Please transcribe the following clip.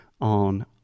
on